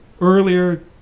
Earlier